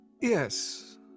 yes